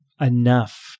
enough